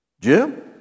Jim